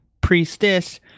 priestess